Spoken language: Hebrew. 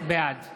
בעד